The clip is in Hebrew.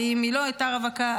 ואם היא לא הייתה רווקה,